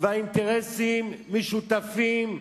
והאינטרסים משותפים.